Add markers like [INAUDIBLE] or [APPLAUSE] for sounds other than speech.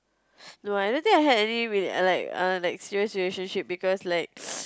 [NOISE] no I don't think I had any real like err like serious relationship because like [NOISE]